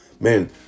Man